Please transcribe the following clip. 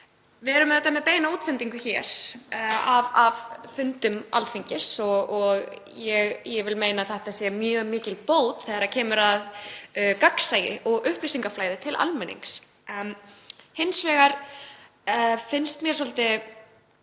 Við erum auðvitað með með beina útsendingu hér af fundum Alþingis og ég vil meina að það sé mjög mikil bót þegar kemur að gagnsæi og upplýsingaflæði til almennings. En hins vegar finnst mér svolítið